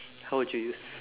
how would you use